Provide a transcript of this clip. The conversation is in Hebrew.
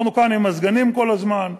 אנחנו כאן עם מזגנים כל הזמן,